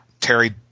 Terry